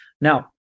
Now